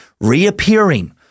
reappearing